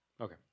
Okay